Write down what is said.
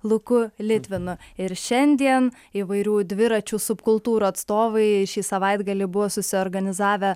luku litvinu ir šiandien įvairių dviračių subkultūrų atstovai šį savaitgalį buvo susiorganizavę